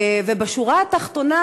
בשורה התחתונה,